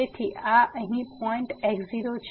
તેથી આ અહીં પોઈન્ટ x0 છે